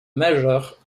majeurs